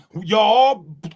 Y'all